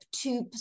two